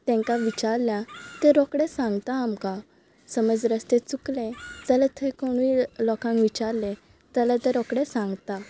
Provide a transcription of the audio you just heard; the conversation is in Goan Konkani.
तेंकां विचारल्यार ते रोखडे सांगता आमकां समज रस्ते चुकले जाल्या थंय कोणूय लोकांक विचारलें जाल्यार ते रोखडे सांगतात